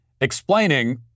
explaining